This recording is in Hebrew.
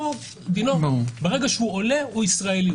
אבל ברגע שהוא עולה הוא ישראלי.